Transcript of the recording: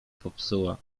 popsuła